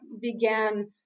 began